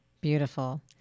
Beautiful